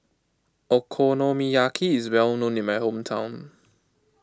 Okonomiyaki is well known in my hometown